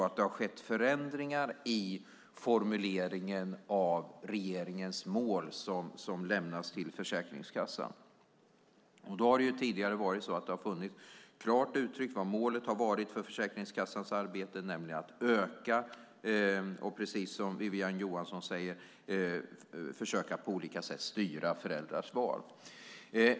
Det har skett förändringar i formuleringen av regeringens mål som lämnats till Försäkringskassan. Det har tidigare funnits klart uttryckt vad målet har varit för försäkringskassans arbete, nämligen att öka och, precis som Wiwi-Anne Johansson säger, försöka styra föräldrars val.